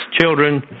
children